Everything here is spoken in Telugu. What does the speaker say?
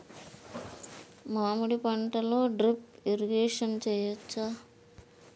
మామిడి పంటలో డ్రిప్ ఇరిగేషన్ చేయచ్చా?